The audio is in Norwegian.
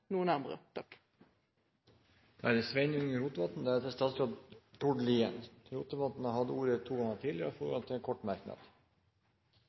Rotevatn har hatt ordet to ganger tidligere og får ordet til en kort merknad,